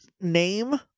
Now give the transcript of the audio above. name